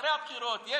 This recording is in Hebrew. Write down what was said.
אחרי הבחירות.